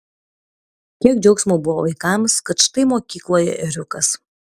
kiek džiaugsmo buvo vaikams kad štai mokykloje ėriukas